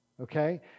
Okay